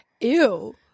ew